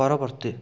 ପରବର୍ତ୍ତୀ